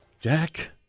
Jack